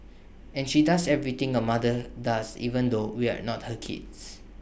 and she does everything A mother does even though we're not her kids